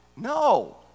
No